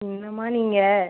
என்னம்மா நீங்கள்